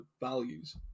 values